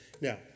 Now